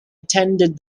attended